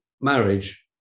marriage